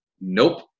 Nope